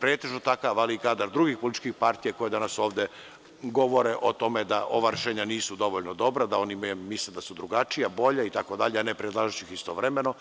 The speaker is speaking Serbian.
pretežno takav, ali kadar i drugih političkih partija koje danas ovde govore o tome da ova rešenja nisu dovoljno dobra, da oni misle da su drugačija bolja itd, a ne predlažući ih istovremeno…